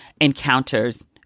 encounters